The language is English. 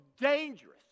dangerous